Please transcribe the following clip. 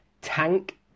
tank